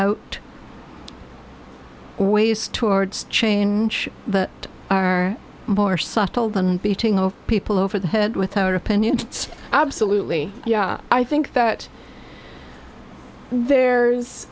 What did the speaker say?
out ways towards change that are more subtle beating people over the head with our opinions absolutely yeah i think that there